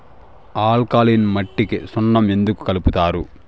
alkaline మట్టికి సున్నం ఎందుకు కలుపుతారు